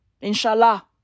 Inshallah